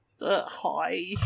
Hi